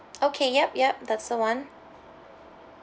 okay ya ya that's the [one]